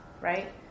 right